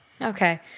Okay